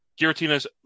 Giratina's